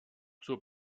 zur